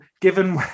given